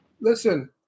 Listen